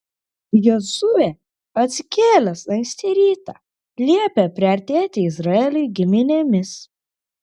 jozuė atsikėlęs anksti rytą liepė priartėti izraeliui giminėmis